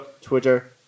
Twitter